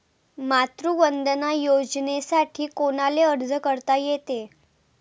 मातृवंदना योजनेसाठी कोनाले अर्ज करता येते?